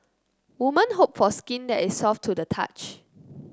women hope for skin that is soft to the touch